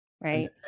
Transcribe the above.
right